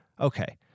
Okay